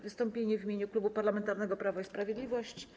Wystąpienie w imieniu Klubu Parlamentarnego Prawo i Sprawiedliwość.